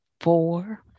Four